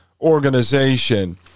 organization